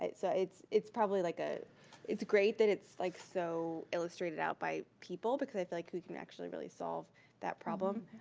it's so it's probably like, ah it's great that it's like so illustrated out by people, because like who can actually really solve that problem,